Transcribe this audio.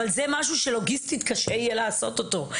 אבל זה משהו שיהיה קשה לעשות אותו,